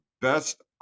best